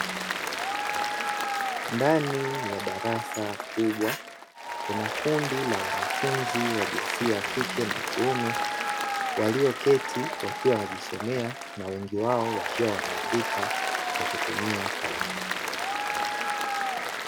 Ndani ya darasa kubwa kuna kundi la wanafunzi wa jinsia ya kike na kiume, walioketi wakiwa wanajisomea na wengi wao wakiwa wanaandika kwa kutumia kalamu.